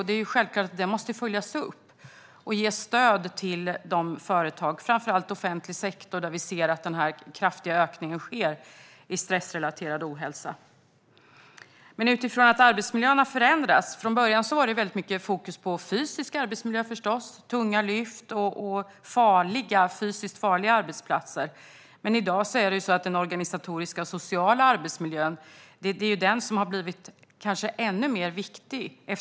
Det är självklart att den måste följas upp, och man måste ge stöd till de företag, framför allt i offentlig sektor, där vi ser att denna kraftiga ökning av stressrelaterad ohälsa sker. Arbetsmiljön har förändrats. Från början var det väldigt mycket fokus på fysisk arbetsmiljö - tunga lyft och fysiskt farliga arbetsplatser - men i dag har den organisatoriska och sociala arbetsmiljön blivit ännu viktigare.